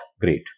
great